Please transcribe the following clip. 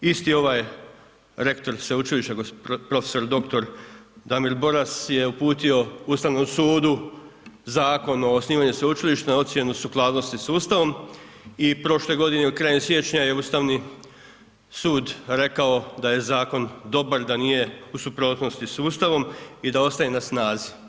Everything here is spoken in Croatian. Isti ovaj rektor sveučilišta prof. dr. Damir Boras je uputio Ustavnom sudu Zakon o osnivanju sveučilišta na ocjenu sukladnosti s Ustavom i prošle godine, krajem siječnja je Ustavni sud rekao da je zakon dobar, da nije u suprotnosti s Ustavom i da ostaje na snazi.